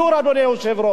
סיפרו לנו,